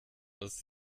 aus